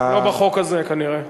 לא בחוק הזה, כנראה.